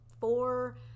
four